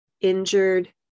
injured